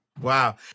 Wow